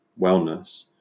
wellness